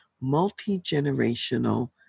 multi-generational